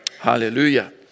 Hallelujah